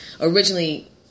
originally